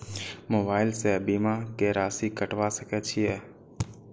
Mobile से बीमा के राशि कटवा सके छिऐ?